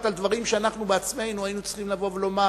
על דברים שבהם אנחנו בעצמנו היינו צריכים לבוא ולומר: